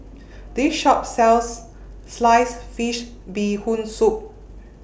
This Shop sells Sliced Fish Bee Hoon Soup